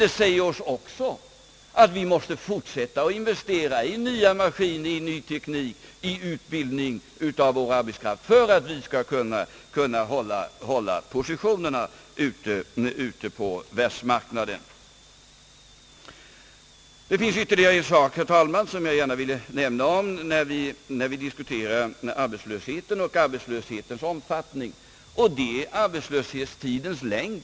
Det säger oss emellertid också, att vi måste fortsätta att investera i nya maskiner, i ny teknik och i utbildning av vår arbetskraft för att vi skall kunna hålla positionerna ute på världsmarknaden. Det finns ytterligare en sak, herr talman, som jag gärna vill anföra, när vi diskuterar arbetslöshet och dess omfattning, nämligen arbetslöshetstidens längd.